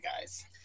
guys